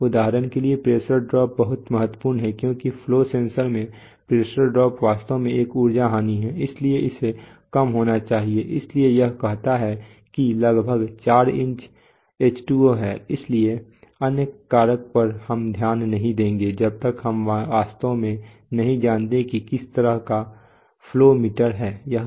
उदाहरण के लिए प्रेशर ड्रॉप बहुत महत्वपूर्ण है क्योंकि फ्लो सेंसर में प्रेशर ड्रॉप वास्तव में एक ऊर्जा हानि है इसलिए इसे कम होना चाहिए इसलिए यह कहता है कि लगभग 4 इंच H2O है इसलिए अन्य कारक पर हम ध्यान नहीं देंगे जब तक हम वास्तव में नहीं जानते की यह किस तरह का फ्लो मीटर है